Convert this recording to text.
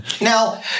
Now